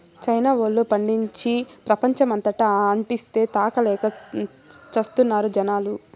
China వోల్లు పండించి, ప్రపంచమంతటా అంటిస్తే, తాగలేక చస్తున్నారు జనాలు